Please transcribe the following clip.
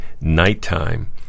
nighttime